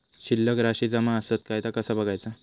शिल्लक राशी जमा आसत काय ता कसा बगायचा?